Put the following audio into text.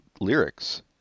lyrics